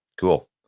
Cool